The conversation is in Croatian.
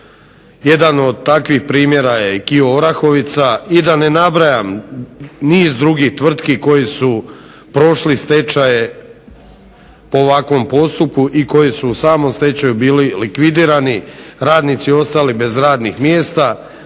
Jedan od takvih primjera je i "Kio Orahovica" i da ne nabrajam niz drugih tvrtki koje su prošle stečaje u ovakvom postupku i koje su u samom stečaju bili likvidirani, radnici ostali bez radnih mjesta,